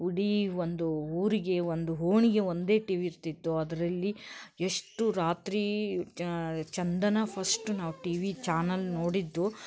ಇಡಿ ಒಂದು ಊರಿಗೆ ಒಂದು ಓಣಿಗೆ ಒಂದೇ ಟಿವಿ ಇರ್ತಿತ್ತು ಅದರಲ್ಲಿ ಎಷ್ಟು ರಾತ್ರಿ ಚಂದನ ಫಶ್ಟು ನಾವು ಟಿವಿ ಚಾನಲ್ ನೋಡಿದ್ದು